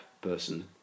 person